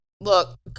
Look